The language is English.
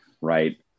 right